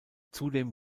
zudem